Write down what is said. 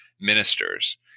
ministers